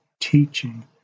teaching